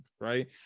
right